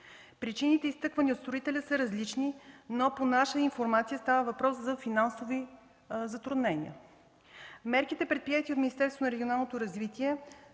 Причините, изтъквани от строителя, са различни, но по наша информация става въпрос за финансови затруднения. Мерките, предприети от